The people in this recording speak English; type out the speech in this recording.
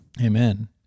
Amen